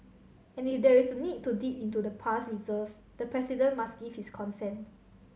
and if there is a need to dip into the past reserves the President must give his consent